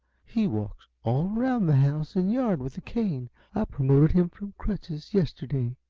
he walks all around the house and yard with a cane i promoted him from crutches yesterday.